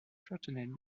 shortened